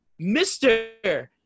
Mr